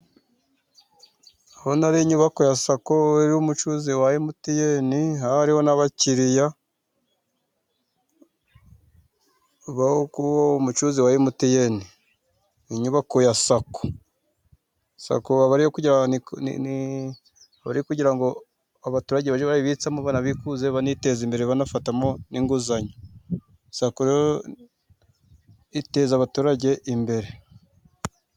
Ndabona ari inyubako ya Sako iriho umucuruzi wa MTN. Haba hariho n'abakiriya bo ku mucuruzi wa emutiyeni. Inyubako ya Sako. Sako aba ari iyo kugira ngo abaturage bajye bayibitsamo banabikuze, baniteze imbere banafatamo n'inguzanyo. Sako rero iteza abaturage imbere.